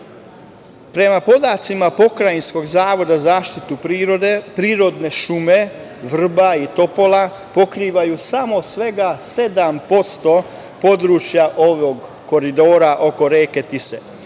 Prema podacima Pokrajinskog zavoda za zaštitu prirode, prirodne šume vrba i topola pokrivaju samo 7% područja ovog koridora oko reke Tise,